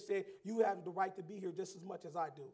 say you have the right to be here just as much as i do